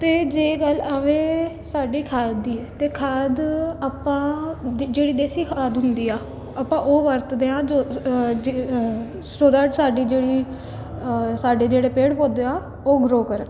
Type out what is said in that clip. ਅਤੇ ਜੇ ਗੱਲ ਆਵੇ ਸਾਡੀ ਖਾਦ ਦੀ ਤਾਂ ਖਾਦ ਆਪਾਂ ਜਿ ਜਿਹੜੀ ਦੇਸੀ ਖਾਦ ਹੁੰਦੀ ਆ ਆਪਾਂ ਉਹ ਵਰਤਦੇ ਹਾਂ ਸੋ ਦੈਟ ਸਾਡੀ ਜਿਹੜੀ ਸਾਡੇ ਜਿਹੜੇ ਪੇੜ ਪੌਦੇ ਆ ਉਹ ਗਰੋ ਕਰਨ